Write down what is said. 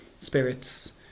spirits